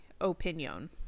opinion